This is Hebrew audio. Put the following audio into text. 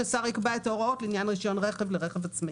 ששר יקבע את ההוראות לעניין רישיון רכב לרכב עצמאי.